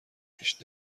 پیش